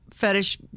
fetish